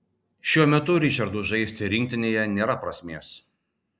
šiuo metu ričardui žaisti rinktinėje nėra prasmės